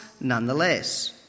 nonetheless